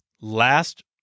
last